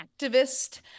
activist